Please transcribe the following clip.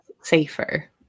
safer